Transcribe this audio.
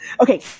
Okay